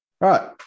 right